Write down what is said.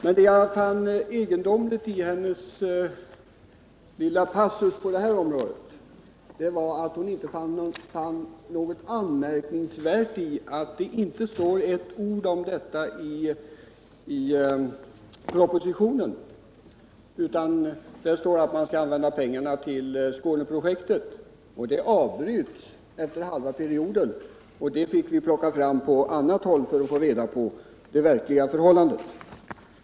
Vad jag fann egendomligt i hennes lilla passus på det här området var att hon inte fann något anmärkningsvärt i att det inte står ett ord om detta i propositionen; där står att man skall använda pengarna till Skåneprojektet, och det avbryts ju efter halva perioden. Vi fick plocka fram uppgifter på annat håll för att få reda på det verkliga förhållandet.